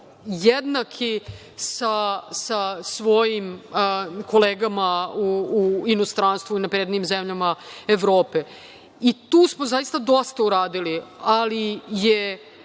jednaki sa svojim kolegama u inostranstvu i naprednijim zemljama Evrope. Tu smo zaista dosta uradili, ali je